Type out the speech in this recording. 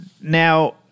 Now